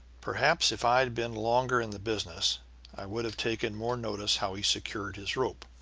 perhaps if i'd been longer in the business i would have taken more notice how he secured his rope,